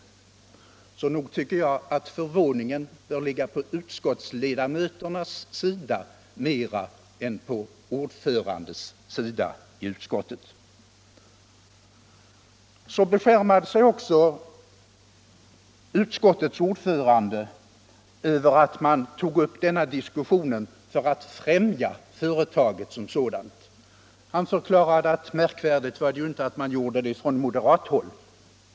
Nog tycker jag att förvåningen bör finnas mer på utskottsledamöternas än på utskottsordförandens sida. Så beskärmade sig också utskottets ordförande över att man sagt sig ha tagit upp dagens diskussion för att främja företaget. Han förklarade att det inte var märkvärdigt att vi drar upp ärendet från moderat håll.